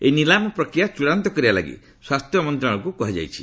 ଏହି ନିଲାମ ପ୍ରକ୍ରିୟା ଚୂଡାନ୍ତ କରିବା ଲାଗି ସ୍ୱାସ୍ଥ୍ୟ ମନ୍ତ୍ରଣାଳୟକୁ କୁହାଯାଇଛି